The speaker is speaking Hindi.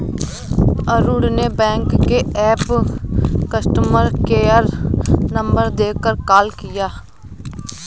अरुण ने बैंक के ऐप कस्टमर केयर नंबर देखकर कॉल किया